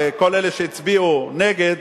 כל אלו שהצביעו נגד,